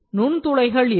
நுண்துளைகள் இல்லை